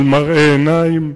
על מראה עיניים,